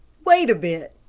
wait a bit,